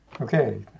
Okay